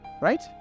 right